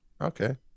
okay